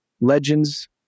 Legends